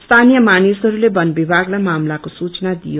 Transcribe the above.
स्थानीय मानिसहस्ते बन विभागलाई मामिलाको सूचना दियो